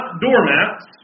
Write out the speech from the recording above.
doormats